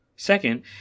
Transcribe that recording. Second